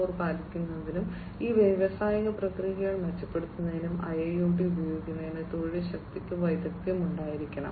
0 പാലിക്കുന്നതിനും ഈ വ്യാവസായിക പ്രക്രിയകൾ മെച്ചപ്പെടുത്തുന്നതിനും IIoT ഉപയോഗിക്കുന്നതിന് തൊഴിൽ ശക്തിക്ക് വൈദഗ്ദ്ധ്യം ഉണ്ടായിരിക്കണം